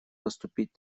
поступить